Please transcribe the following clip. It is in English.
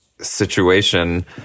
situation